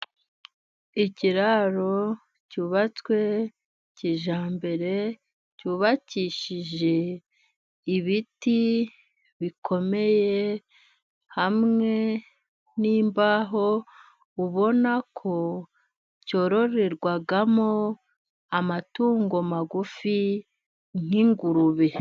ikiraro cyubatswe kijyambere, cyubakishije ibiti bikomeye hamwe nimbaho, ubona ko cyororerwamo amatungo magufi nk'ingurube.